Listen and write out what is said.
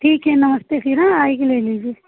ठीक है नमस्ते फ़िर आइए ले लीजिए